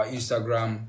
Instagram